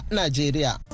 nigeria